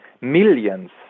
millions